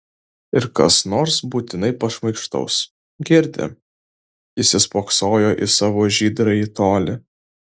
ir kas nors būtinai pašmaikštaus girdi įsispoksojo į savo žydrąjį tolį